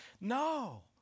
no